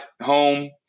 home